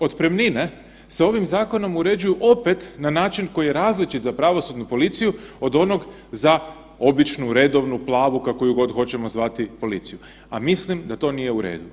Otpremnine se ovim zakonom uređuju opet na način koji je različit za pravosudnu policiju, od onog za obično, redovnu, plavu, kako ju god hoćemo zvati, policiju, a mislim da to nije u redu.